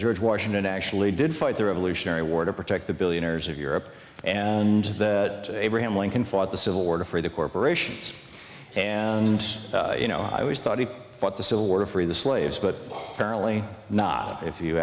george washington actually did fight the revolutionary war to protect the billionaires of europe and abraham lincoln fought the civil war to free the corporations and you know i always thought he fought the civil war to free the slaves but apparently not if you